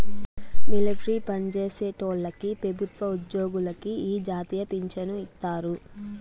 military పన్జేసేటోల్లకి పెబుత్వ ఉజ్జోగులకి ఈ జాతీయ పించను ఇత్తారు